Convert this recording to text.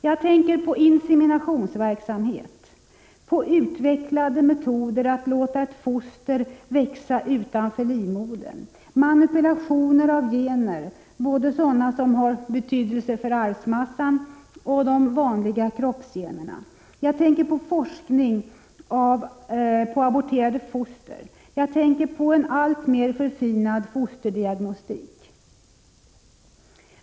Jag tänker på inseminationsverksamheten, på utvecklade metoder att låta ett foster växa utanför livmodern, på manipulationer av gener, både sådana som har betydelse för arvsmassan och de vanliga kroppsgenerna, jag tänker på forskning på aborterade foster, jag tänker på en alltmer förfinad fosterdiagnostik.